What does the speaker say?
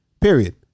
Period